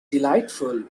delightful